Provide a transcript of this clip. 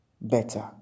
better